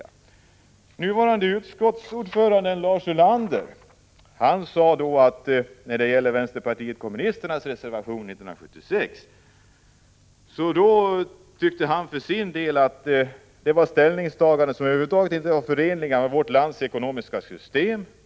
Arbetsmarknadsutskottets nuvarande ordförande Lars Ulander sade att vänsterpartiet kommunisternas reservationer innebar ställningstaganden som över huvud taget inte är förenliga med vårt lands ekonomiska system.